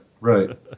Right